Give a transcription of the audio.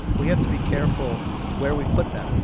we have to be careful where we put them.